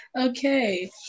Okay